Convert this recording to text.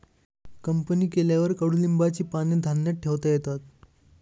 company केल्यावर कडुलिंबाची पाने धान्यात ठेवता येतात